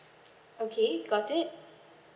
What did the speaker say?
okay got it